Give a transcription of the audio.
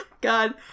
god